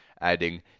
adding